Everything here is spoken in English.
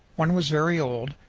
one was very old,